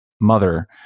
mother